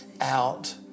out